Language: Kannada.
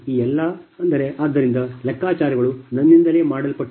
ಈ ಎಲ್ಲಾ ಲೆಕ್ಕಾಚಾರಗಳು ನನ್ನಿಂದಲೇ ಮಾಡಲ್ಪಟ್ಟಿದೆ